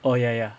oh ya ya